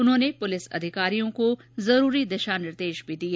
उन्होंने प्रलिस अधिकारियों को जरूरी दिशा निर्देश भी दिए